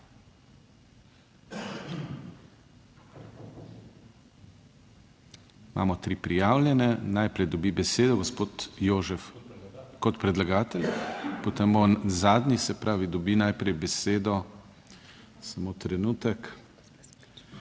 Imamo tri prijavljene. Najprej dobi besedo gospod Jožef kot predlagatelj, potem on zadnji, se pravi, dobi najprej besedo..., samo trenutek,